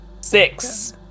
Six